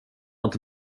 inte